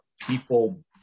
people